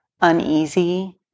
uneasy